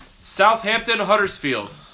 Southampton-Huddersfield